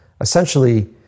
essentially